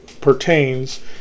pertains